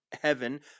heaven